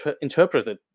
interpreted